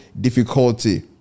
difficulty